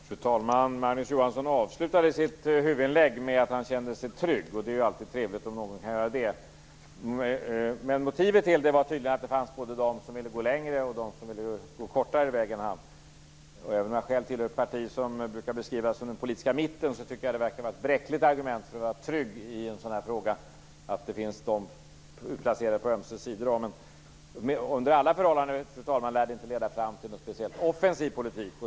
Fru talman! Magnus Johansson avslutade sitt huvudinlägg med att säga att han kände sig trygg. Det är alltid trevligt om någon kan göra det. Motivet var tydligen att det fanns både de som ville gå längre och de som inte ville gå lika långt som han. Även om jag själv tillhör ett parti som brukar beskrivas som den politiska mitten tycker jag att det verkar vara ett bräckligt argument för att känna sig trygg, att det finns de som är utplacerade på ömse sidor om en. Fru talman! Under alla förhållanden lär det inte leda fram till någon speciellt offensiv politik.